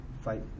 fight